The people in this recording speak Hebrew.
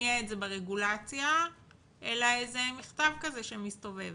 להטמיע את זה ברגולציה אלא איזה מכתב כזה שמסתובב?